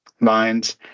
lines